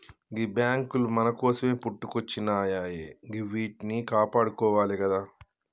గీ బాంకులు మన కోసమే పుట్టుకొచ్జినయాయె గివ్విట్నీ కాపాడుకోవాలె గదా